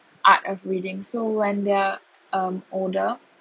art of reading so when they are um older